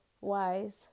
wise